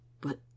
But